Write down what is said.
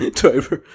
driver